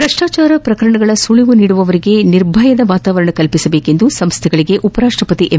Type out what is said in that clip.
ಭ್ರಷ್ಟಾಚಾರದ ಸುಳವು ನೀಡುವವರಿಗೆ ನಿರ್ಭಯದ ವಾತಾವರಣ ಕಲ್ಲಿಸುವಂತೆ ಸಂಸ್ಥೆಗಳಿಗೆ ಉಪರಾಷ್ಟಪತಿ ಎಂ